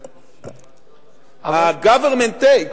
הgovernment-take,